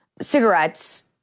cigarettes